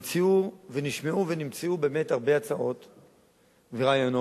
נשמעו ונמצאו הרבה הצעות ורעיונות.